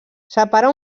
separa